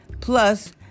Plus